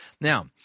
Now